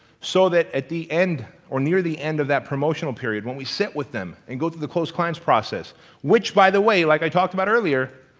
so that at the end, or near the end of that promotional period, when we sit with them and go through the close clients process which, by the way, like i talked about earlier,